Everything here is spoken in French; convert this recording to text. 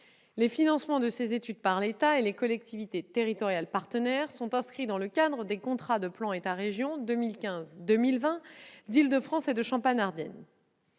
Les financements de ces études par l'État et les collectivités territoriales partenaires sont inscrits dans le cadre des contrats de plan État-région 2015-2020 d'Île-de-France et de Champagne-Ardenne.